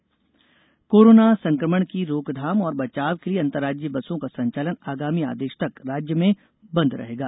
बस संचालन कोरोना संकमण की रोकथाम और बचाव के लिए अंतर्राज्यीय बसों का संचालन आगामी आदेश तक राज्य में बंद रहेगा